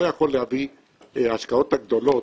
ההשקעות הגדולות,